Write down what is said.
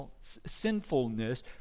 sinfulness